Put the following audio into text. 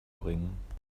bringen